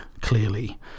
clearly